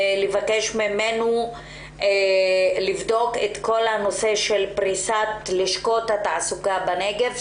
לבקש ממנו לבדוק את כל הנושא של פריסת לשכות התעסוקה בנגב.